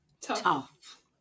tough